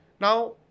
Now